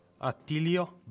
Attilio